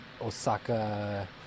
Osaka